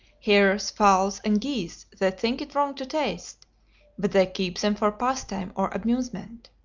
hares, fowls, and geese they think it wrong to taste but they keep them for pastime or amusement.